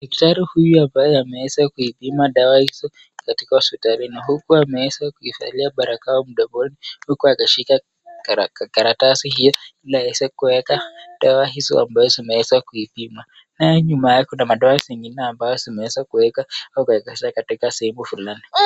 Daktari huyu ambaye ameweza kuipima dawa hizo katika hospitali na huku ameweza kuivalia barakoa mdomoni huku akishika karatasi hiyo ili aweze kuweka dawa hizo ambazo zimeweza kuipima. Nayo nyuma yake kuna madawa zingine ambazo zimeweza kuweka au kuegeza katika sehemu fulani.